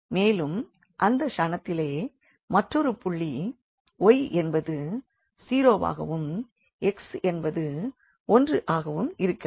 மேலும் அந்த ஷணத்திலே மற்றொரு புள்ளி y என்பது 0 வாகவும் x என்பது 1 ஆகவும் இருக்கிறது